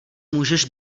můžeš